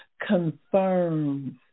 confirms